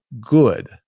good